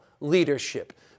leadership